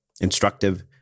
instructive